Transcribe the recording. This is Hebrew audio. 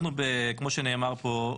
כמו שנאמר פה,